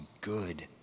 good